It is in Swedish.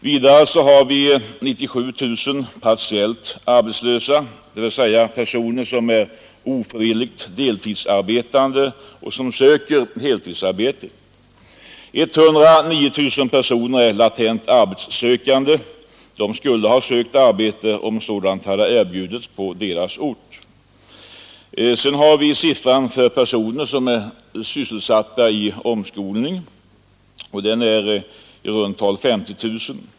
Vidare har vi 97 000 partiellt arbetslösa, dvs. personer som är ofrivilligt deltidsarbetande och som söker heltidsarbete. 109 000 personer är latent arbetssökande; de skulle ha sökt arbete om sådant hade erbjudits på deras ort. Siffran för personer som är sysselsatta i omskolning är i runt tal 50 000.